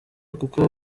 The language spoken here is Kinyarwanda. kuko